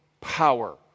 power